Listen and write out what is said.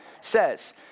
says